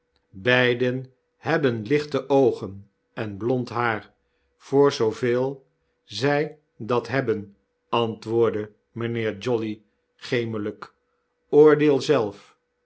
beiden hebben lichte oogen en blond haar voor zooveel zy dat hebben antwoorddemynheer jolly gemelyk oordeel zelf